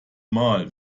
mal